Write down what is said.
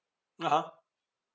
(uh huh)